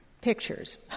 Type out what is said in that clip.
pictures